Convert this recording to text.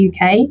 UK